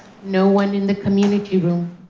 no one in the community room.